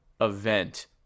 event